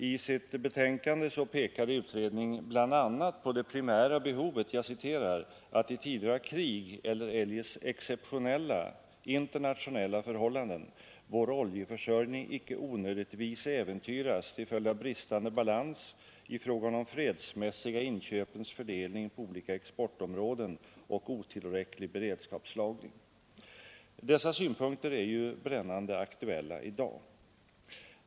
I sitt betänkande pekade utredningen bl.a. på det primära behovet ”att i tider av krig eller eljest exceptionella internationella förhållanden vår oljeförsörjning icke onödigtvis äventyras till följd av bristande balans ifråga om de fredsmässiga inköpens fördelning på olika exportområden och otillräcklig beredskapslagring”. Dessa synpunkter är ju brännande aktuella.